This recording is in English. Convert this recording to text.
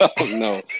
No